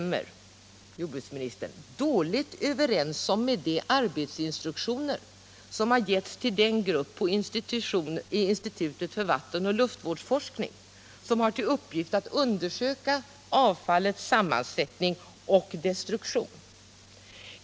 Men det, jordbruksministern, stämmer dåligt överens i Teckomatorp, med de arbetsinstruktioner som har getts till den grupp i institutet för m.m. vattenoch luftvårdsforskning som har till uppgift att undersöka avfallets sammansättning och destruktion.